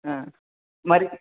మరి